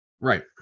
Right